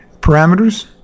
parameters